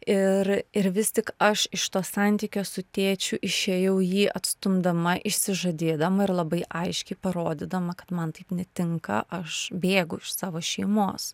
ir ir vis tik aš iš to santykio su tėčiu išėjau jį atstumdama išsižadėdama ir labai aiškiai parodydama man taip netinka aš bėgu iš savo šeimos